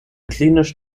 klinisch